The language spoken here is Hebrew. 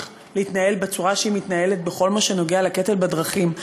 להתנהל כפי שהיא מתנהלת בכל הקשור לקטל בדרכים.